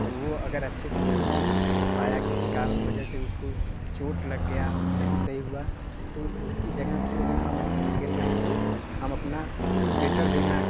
वो अगर अच्छे से नहीं खेल पाया किसी कारण वजह से उसको चोंट लग गया नहीं सही हुआ तो उसकी जगह पर अगर हम अच्छे से खेल रहे हैं तो हम अपना बेटर देना